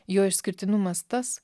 jo išskirtinumas tas